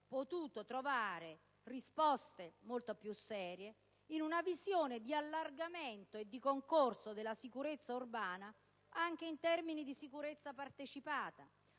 potuto trovare risposte molto più serie in una visione improntata all'allargamento e al concorso alla sicurezza urbana anche in termini di sicurezza partecipata,